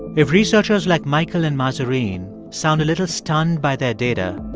if researchers like michael and mahzarin sound a little stunned by their data,